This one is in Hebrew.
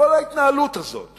כל ההתנהלות הזאת